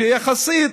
שיחסית